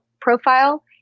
profile